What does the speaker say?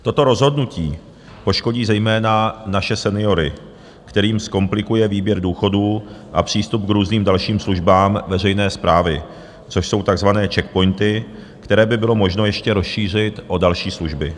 Toto rozhodnutí poškodí zejména naše seniory, kterým zkomplikuje výběr důchodů a přístup k různým dalším službám veřejné správy, což jsou takzvané Czech POINTy, které by bylo možno ještě rozšířit o další služby.